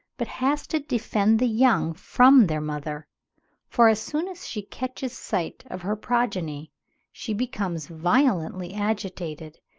but has to defend the young from their mother for as soon as she catches sight of her progeny she becomes violently agitated,